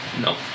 No